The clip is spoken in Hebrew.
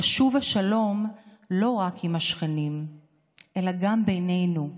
חשוב השלום לא רק עם השכנים אלא גם בינינו.